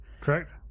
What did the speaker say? correct